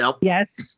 Yes